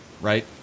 right